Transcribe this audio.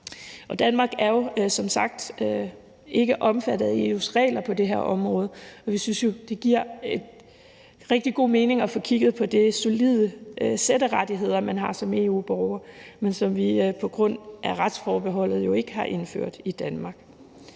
Danmark er som sagt ikke omfattet af EU's regler på det her område. Vi synes jo, det giver rigtig god mening at få kigget på det solide sæt af rettigheder, man har som EU-borger, men som vi på grund af retsforbeholdet ikke har indført i Danmark.